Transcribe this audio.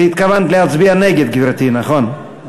והתכוונת להצביע נגד, גברתי, נכון?